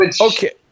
okay